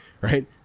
right